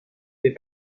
mais